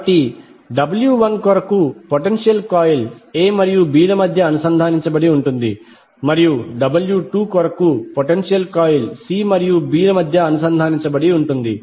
కాబట్టి W1 కొరకు potential coil a మరియు b ల మధ్య అనుసంధానించబడి ఉంటుంది మరియు W2 కొరకు పొటెన్షియల్ కాయిల్ c మరియు b ల మధ్య అనుసంధానించబడి ఉంటుంది